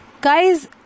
guys